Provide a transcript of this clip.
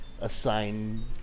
assign